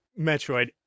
Metroid